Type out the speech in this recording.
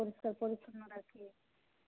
সরকারি আছে